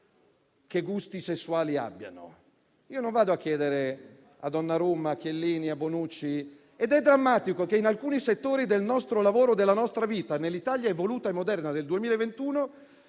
che gusti sessuali abbiano, e non lo vado a chiedere a Donnarumma, a Chiellini o a Bonucci. Ed è drammatico che in alcuni settori del nostro lavoro e della nostra vita, nell'Italia evoluta e moderna del 2021,